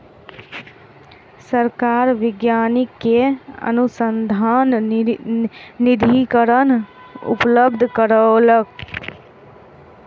सरकार वैज्ञानिक के अनुसन्धान निधिकरण उपलब्ध करौलक